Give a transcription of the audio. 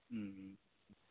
उम्